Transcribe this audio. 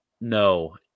No